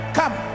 come